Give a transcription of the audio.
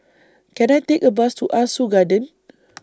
Can I Take A Bus to Ah Soo Garden